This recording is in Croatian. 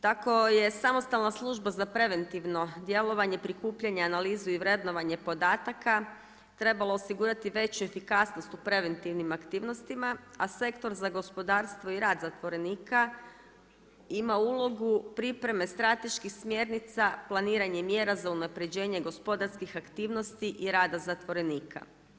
Tako je Samostalna služba za preventivno djelovanje prikupljanje, analizu i vrednovanje podataka trebalo osigurati veću efikasnost u preventivnim aktivnostima, a Sektor za gospodarstvo i rad zatvorenika ima ulogu pripreme strateških smjernica, planiranje mjera za unapređenje gospodarskih aktivnosti i rada zatvorenika.